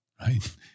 right